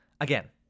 Again